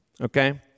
okay